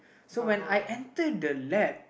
so when I enter the lab